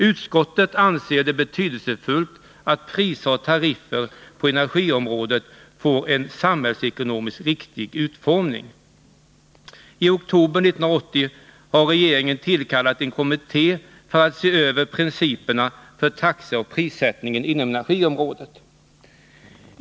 Utskottet anser det betydelsefullt att priser och tariffer på energiområdet får en samhällsekonomiskt riktig utformning, och regeringen har i oktober 1980 tillkallat en kommitté för att se över principerna för taxeoch prissättning inom energiområdet.